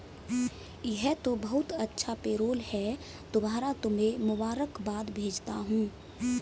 यह तो बहुत अच्छा पेरोल है दोबारा तुम्हें मुबारकबाद भेजता हूं